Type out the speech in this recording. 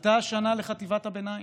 עלתה השנה לחטיבת הביניים,